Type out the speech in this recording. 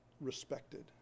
respected